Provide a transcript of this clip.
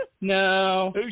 No